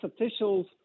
officials